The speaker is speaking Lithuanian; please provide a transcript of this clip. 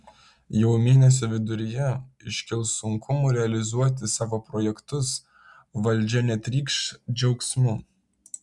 jau mėnesio viduryje iškils sunkumų realizuoti savo projektus valdžia netrykš džiaugsmu